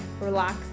relax